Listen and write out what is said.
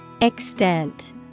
Extent